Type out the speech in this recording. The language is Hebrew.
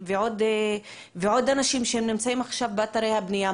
ועוד אנשים שנמצאים עכשיו באתרי הבנייה,